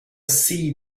see